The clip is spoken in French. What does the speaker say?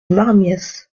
marmiesse